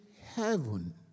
heaven